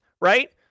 right